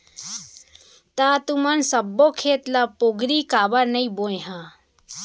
त तुमन सब्बो खेत ल पोगरी काबर नइ बोंए ह?